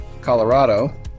Colorado